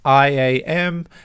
iam